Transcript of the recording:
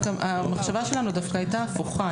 המחשבה שלנו דווקא הייתה הפוכה.